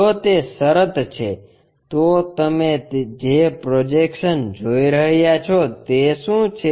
જો તે શરત છે તો તમે જે પ્રોજેક્શન્સ જોઇ રહ્યા છો તે શું છે